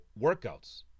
workouts